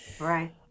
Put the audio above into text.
Right